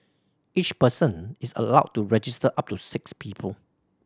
each person is allowed to register up to six people